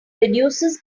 reduces